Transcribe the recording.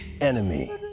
enemy